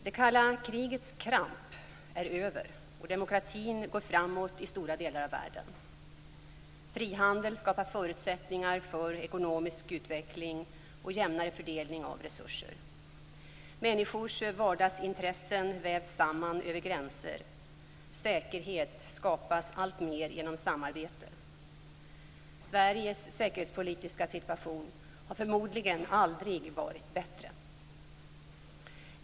Det kalla krigets kramp är över, och demokratin går framåt i stora delar av världen. Frihandel skapar förutsättningar för ekonomisk utveckling och jämnare fördelning av resurser. Människors vardagsintressen vävs samman över gränser. Säkerhet skapas alltmer genom samarbete. Sveriges säkerhetspolitiska situation har förmodligen aldrig varit bättre.